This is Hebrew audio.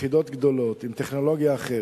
ליחידות גדולות, עם טכנולוגיה אחרת,